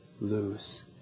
lose